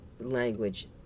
language